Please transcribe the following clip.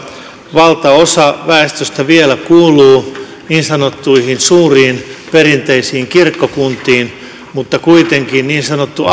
valtaosa väestöstä vielä kuuluu niin sanottuihin suuriin perinteisiin kirkkokuntiin mutta kuitenkin niin sanottu